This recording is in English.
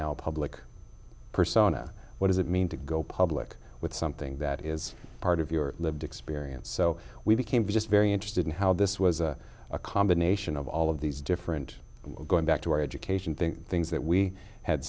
a public persona what does it mean to go public with something that is part of your lived experience so we became just very interested in how this was a combination of all of these different going back to our education think things that we had